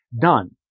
done